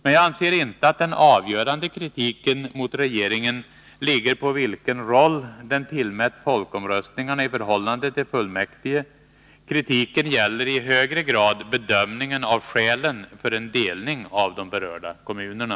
Men jag anser inte att den avgörande kritiken mot regeringen gäller vilken roll den tillmätt folkomröstningarna i förhållande till fullmäktige. Kritiken gäller i högre grad bedömningen av skälen för en delning av de berörda kommunerna.